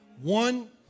one